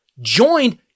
joined